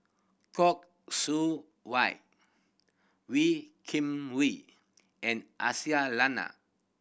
Khoo Seow Hwa Wee Kim Wee and Aisyah Lyana